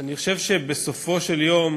אני חושב שבסופו של יום